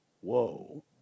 Whoa